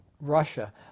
Russia